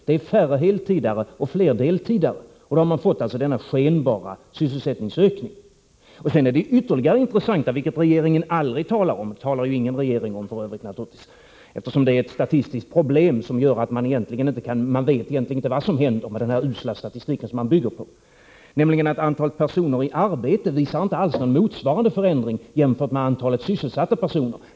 Det är färre heltidare och fler deltidare, och då har man alltså fått denna skenbara sysselsättningsökning. Sedan är det ytterligare något som är intressant, som ni tydligen aldrig talar om — och det talar för övrigt ingen regering om, naturligtvis, eftersom det är ett statistiskt problem och eftersom man egentligen inte vet vad som händer med den här usla statistiken som man bygger på. Det är nämligen så att antalet personer i arbete inte alls visar någon motsvarande förändring jämfört med antalet sysselsatta personer.